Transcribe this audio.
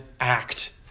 act